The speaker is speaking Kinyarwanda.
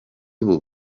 ubu